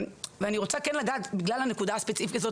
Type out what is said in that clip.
אני רוצה לגעת בגלל הנקודה הספציפית הזאת,